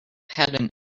had